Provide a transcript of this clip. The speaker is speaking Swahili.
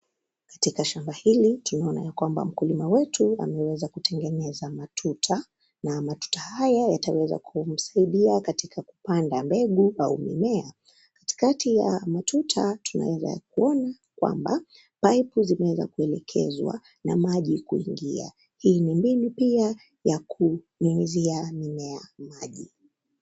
Katika shamba hili tunaona ya kwamba mkulima wetu ameweza kutengeneza matuta na matuta haya yataweza kumsaidia katika kupanda mbegu au mimea. Katikati ya matuta, tunaweza kuona kwamba paipu zimeweza kuelekezwa na maji kuingia. Hii ni mbinu pia ya kunyunyizia mimea maji.